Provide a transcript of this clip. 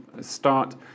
start